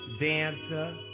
dancer